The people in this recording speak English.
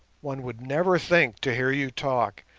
one would never think, to hear you talk,